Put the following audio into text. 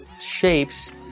shapes